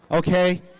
okay?